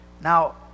Now